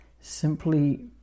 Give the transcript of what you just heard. simply